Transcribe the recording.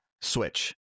switch